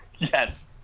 Yes